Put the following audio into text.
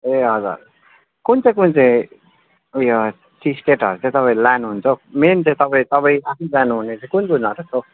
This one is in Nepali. ए हजुर कुन चाहिँ कुन चाहिँ ऊ यो टी स्टेटहरू चाहिँ तपाईँ लानुहुन्छ हो मेन चाहिँ तपाईँ तपाईँ आफै जानुहुने चाहिँ कुन चाहिँ हो